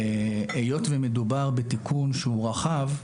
היות ומדובר בתיקון רחב,